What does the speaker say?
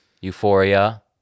Euphoria